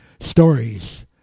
stories